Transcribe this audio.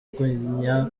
kujya